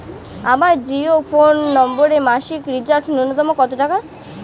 আমার জিও ফোন নম্বরে মাসিক রিচার্জ নূন্যতম কত টাকা?